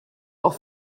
auch